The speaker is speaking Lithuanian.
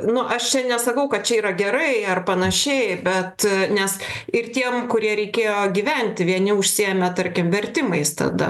nu aš čia nesakau kad čia yra gerai ar panašiai bet nes ir tiem kurie reikėjo gyventi vieni užsiėmę tarkim vertimais tada